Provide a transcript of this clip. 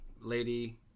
lady